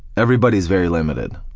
everybody's very limited.